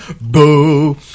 Boo